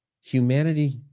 humanity